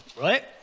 right